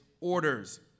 orders